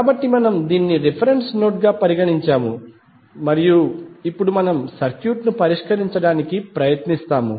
కాబట్టి మనము దీనిని రిఫరెన్స్ నోడ్ గా పరిగణించాము మరియు ఇప్పుడు మనము సర్క్యూట్ను పరిష్కరించడానికి ప్రయత్నిస్తాము